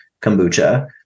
kombucha